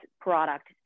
product